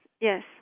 yes